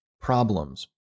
problems